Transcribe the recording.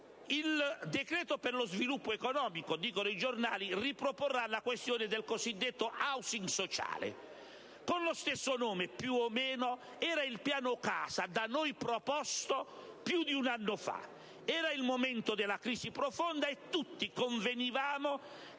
Il decreto per lo sviluppo economico, dicono i giornali, riproporrà la questione del cosiddetto *social housing*. Lo stesso nome, più o meno, aveva il "piano casa" da noi proposto più di un anno fa. Era il momento della crisi profonda, e tutti convenivamo